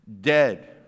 Dead